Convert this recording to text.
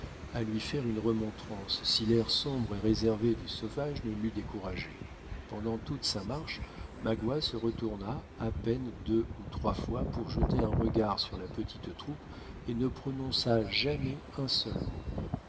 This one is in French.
à lui faire une remontrance si l'air sombre et réservé du sauvage ne l'eût découragé pendant toute sa marche magua se retourna à peine deux ou trois fois pour jeter un regard sur la petite troupe et ne prononça jamais un seul mot